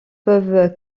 peuvent